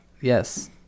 Yes